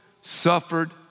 suffered